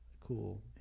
cool